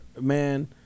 Man